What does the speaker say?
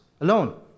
alone